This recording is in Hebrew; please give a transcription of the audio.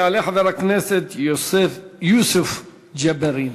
יעלה חבר הכנסת יוסף, יוּסף ג'בארין,